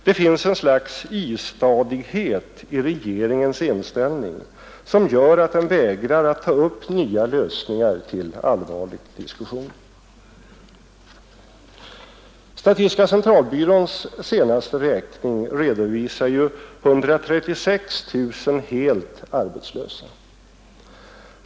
Det finns ett slags istadighet i regeringens inställning, som gör att den vägrar att ta upp nya lösningar till allvarlig diskussion. Statistiska centralbyråns senaste räkning redovisar 136 000 helt arbetslösa.